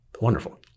Wonderful